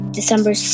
December